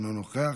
אינו נוכח,